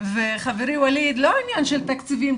וחברי וואליד, לא עניין של תקציבים.